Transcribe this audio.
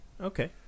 Okay